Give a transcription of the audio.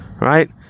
right